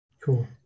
cool